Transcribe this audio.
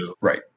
Right